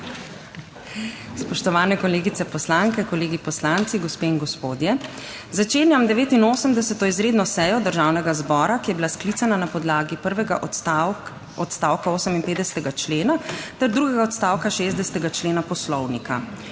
Spoštovane kolegice poslanke, kolegi poslanci, gospe in gospodje, začenjam 89. izredno sejo Državnega zbora, ki je bila sklicana na podlagi prvega odstavka 58. člena ter drugega odstavka 60. člena Poslovnika.